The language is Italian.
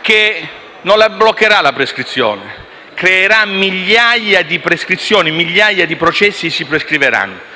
che non bloccherà la prescrizione, ma creerà migliaia di prescrizioni: migliaia di processi si prescriveranno.